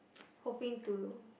hoping to